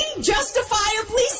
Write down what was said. Justifiably